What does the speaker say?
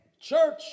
Church